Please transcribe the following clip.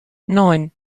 neun